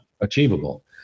achievable